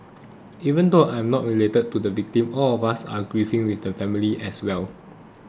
even though I am not related to the victims all of us are grieving with the families as well